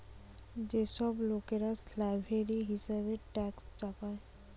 যে সব লোকরা স্ল্যাভেরি হিসেবে ট্যাক্স চাপায়